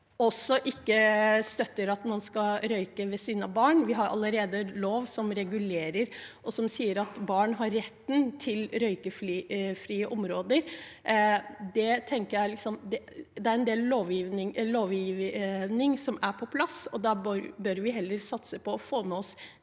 – har vi allerede en lov som regulerer og sier at barn har rett til røykefrie områder. Det er en del lovgivning som er på plass, og da bør vi heller satse på å få med oss